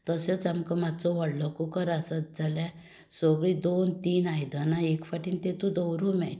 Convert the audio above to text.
तशेंच आमकां मात्सो व्हडलो कूकर आसत जाल्यार सगळीं दोन तीन आयदनां एक फावटी तातून दवरूंक मेळटा